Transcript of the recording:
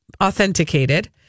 authenticated